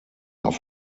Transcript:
auf